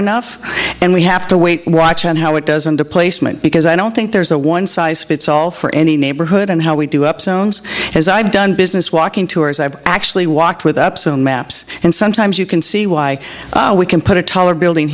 enough and we have to wait watch out how it does on the placement because i don't think there's a one size fits all for any neighborhood and how we do up zones as i've done business walking tours i've actually walked with up some maps and sometimes you can see why we can put a taller building